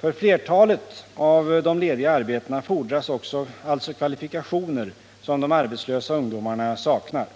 För flertalet av de lediga arbetena fordras alltså kvalifikationer som de arbetslösa ungdomarna saknar.